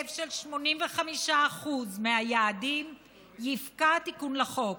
בהיקף של 85% מהיעדים יפקע התיקון לחוק,